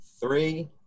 three